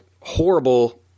horrible